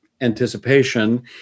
anticipation